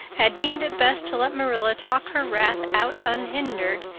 had deemed it best to let marilla talk her wrath out unhindered,